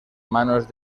manos